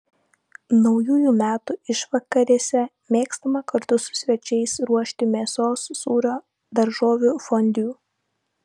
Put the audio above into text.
naujųjų metų išvakarėse mėgstama kartu su svečiais ruošti mėsos sūrio daržovių fondiu